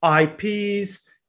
IPs